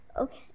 Okay